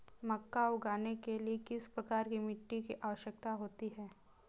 मक्का उगाने के लिए किस प्रकार की मिट्टी की आवश्यकता होती है?